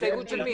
הסתייגות של מי?